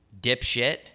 Dipshit